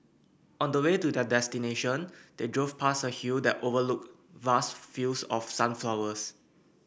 on the way to their destination they drove past a hill that overlooked vast fields of sunflowers